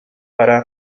para